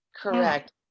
correct